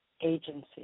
agency